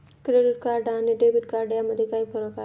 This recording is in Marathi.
क्रेडिट कार्ड आणि डेबिट कार्ड यामध्ये काय फरक आहे?